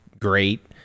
great